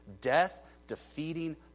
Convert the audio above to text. death-defeating